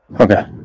Okay